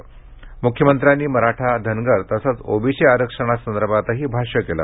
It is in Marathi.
म्ख्यमंत्र्यांनी मराठा धनगर तसेच ओबीसी आरक्षणासंदर्भातही भाष्य केलं